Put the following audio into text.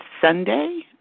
Sunday